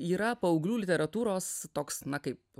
yra paauglių literatūros toks na kaip